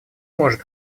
может